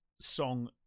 song